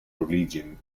religion